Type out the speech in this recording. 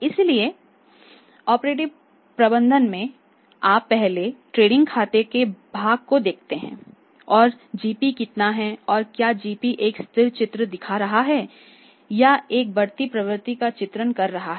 इसलिए ऑपरेटिव प्रबंधन में आप पहले ट्रेडिंग खाते के भाग को देखते हैं और जीपी कितना है और क्या जीपी एक स्थिर चित्र दिखा रहा है या एक बढ़ती प्रवृत्ति का चित्रण कर रहा है